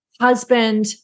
husband